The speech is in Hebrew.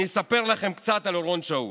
אני אספר לכם קצת על אורון שאול,